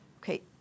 okay